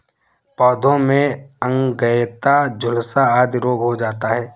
पौधों में अंगैयता, झुलसा आदि रोग हो जाता है